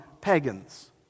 pagans